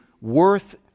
worth